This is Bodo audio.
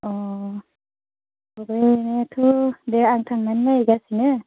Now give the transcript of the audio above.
अ लागायनायाथ' दे आं थांनानै नायहैगासिनो